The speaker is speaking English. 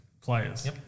players